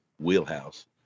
wheelhouse